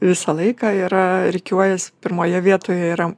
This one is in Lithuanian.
visą laiką yra rikiuojasi pirmoje vietoje yra